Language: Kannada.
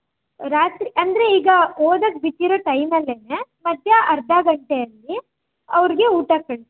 ರಾತ್ರಿ ಅಂದರೆ ಈಗ ಓದಕ್ಕೆ ಬಿಟ್ಟಿರೋ ಟೈಮಲ್ಲೇನೇ ಮಧ್ಯೆ ಅರ್ಧ ಗಂಟೆಯಲ್ಲಿ ಅವರಿಗೆ ಊಟ ಕಳ್ಸ್ತೀವಿ